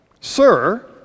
sir